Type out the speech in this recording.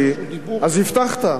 אז הבטחת,